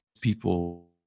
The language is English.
people